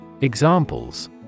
Examples